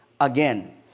again